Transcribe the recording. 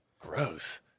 Gross